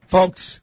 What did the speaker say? Folks